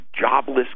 jobless